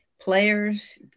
players